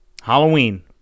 Halloween